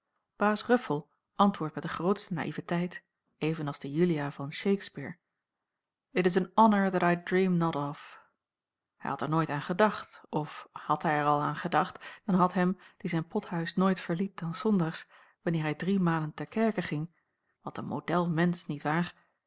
baas ruffel antwoordt met de grootste naïviteit even als de julia van shakspere it is an honour that i dream not off hij had er nooit aan gedacht of had hij er al aan gedacht dan had hem die zijn pothuis nooit verliet dan s zondags wanneer hij drie malen ter kerke ging wat een modelmensch niet waar